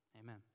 Amen